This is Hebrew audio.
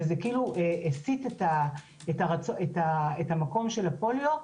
וזה כאילו הסית את המקום של הפוליו.